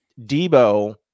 debo